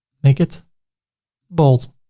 make it bold,